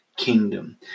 Kingdom